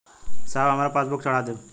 साहब हमार पासबुकवा चढ़ा देब?